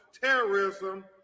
terrorism